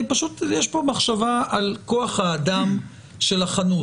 יש כאן מחשבה על כוח האדם של החנות,